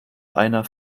einer